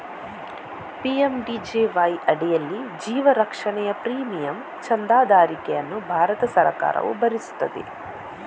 PMJDY ಅಡಿಯಲ್ಲಿ ಜೀವ ರಕ್ಷಣೆಯ ಪ್ರೀಮಿಯಂ ಚಂದಾದಾರಿಕೆಯನ್ನು ಭಾರತ ಸರ್ಕಾರವು ಭರಿಸುತ್ತದೆ